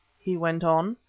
he went on,